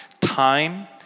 Time